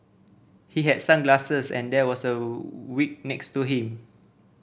he had sunglasses and there was a wig next to him